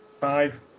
Five